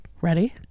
ready